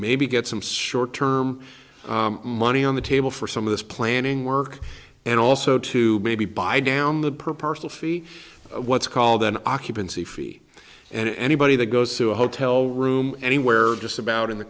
maybe get some short term money on the table for some of this planning work and also to maybe buy down the per person what's called an occupancy fee and anybody that goes to a hotel room anywhere just about in the